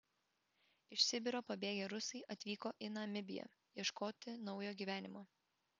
iš sibiro pabėgę rusai atvyko į namibiją ieškoti naujo gyvenimo